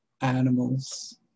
animals